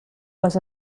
was